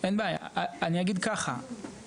אני מבין שזה מה שנמסר, אבל